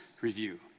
review